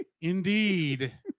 Indeed